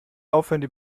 aufhören